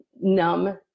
numb